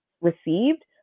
received